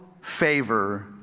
favor